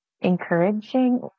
encouraging